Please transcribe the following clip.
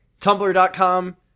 Tumblr.com